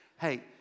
Hey